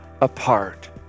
apart